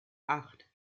acht